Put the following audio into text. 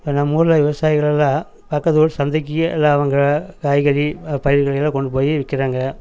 நம்மூர்ல விவசாயிகளெல்லாம் பக்கத்தூர் சந்தைக்கு இல்லை அவங்க காய்கறி பயிர்களையெல்லாம் கொண்டுப்போய் விற்கறாங்க